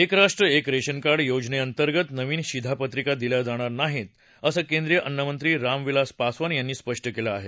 एक राष्ट्र एक रेशनकार्ड योजनेअंतर्गत नवीन शिधापत्रिका दिल्या जाणार नाहीत असं केंद्रीय अन्नमंत्री रामविलास पासवान यांनी स्पष्ट केलं आहे